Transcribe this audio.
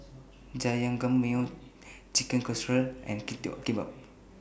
Jajangmyeon Chicken Casserole and Kimbap